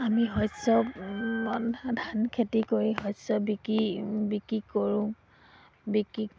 আমি শস্য ধান খেতি কৰি শস্য বিকি বিক্ৰী কৰোঁ বিকি